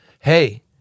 Hey